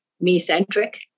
me-centric